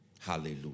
Hallelujah